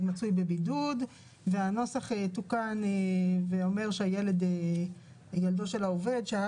מצוי בבידוד והנוסח תוקן ואומר שילדו של העובד שהיה